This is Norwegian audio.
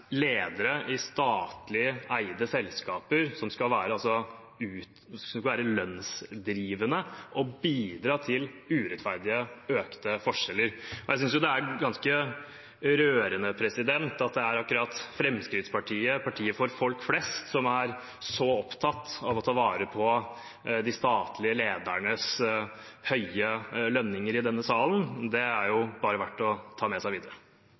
ledere i statlig eide selskaper som skal være lønnsdrivende og bidra til urettferdige, økte forskjeller. Jeg synes det er ganske rørende at det er akkurat Fremskrittspartiet – partiet for folk flest – som er så opptatt av å ta vare på de statlige ledernes høye lønninger i denne salen. Det er det bare verdt å ta med seg videre.